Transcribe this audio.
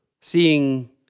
seeing